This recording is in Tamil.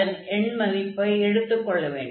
அதன் எண்மதிப்பை எடுத்துக் கொள்ள வேண்டும்